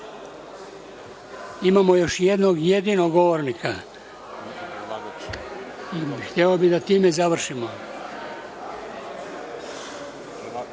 Imamo još jednog jedinog govornika i hteo bih da time završimo. Na